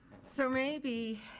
so maybe,